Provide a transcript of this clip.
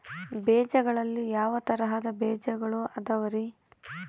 ಬೇಜಗಳಲ್ಲಿ ಯಾವ ತರಹದ ಬೇಜಗಳು ಅದವರಿ?